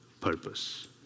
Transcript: purpose